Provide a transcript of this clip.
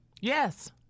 Yes